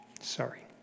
sorry